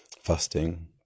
fasting